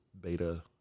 beta